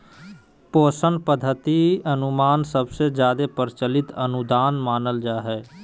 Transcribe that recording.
पोषण पद्धति अनुमान सबसे जादे प्रचलित अनुदान मानल जा हय